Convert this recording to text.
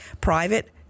Private